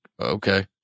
okay